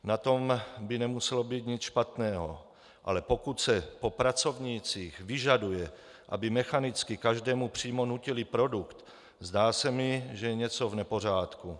Na tom by nemuselo být nic špatného, ale pokud se po pracovnících vyžaduje, aby mechanicky produkt každému přímo nutili, zdá se mi, že je něco v nepořádku.